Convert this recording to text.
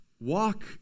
Walk